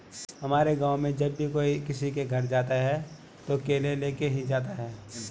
हमारे गाँव में जब भी कोई किसी के घर जाता है तो केले लेके ही जाता है